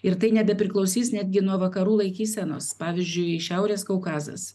ir tai nebepriklausys netgi nuo vakarų laikysenos pavyzdžiui šiaurės kaukazas